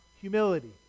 humility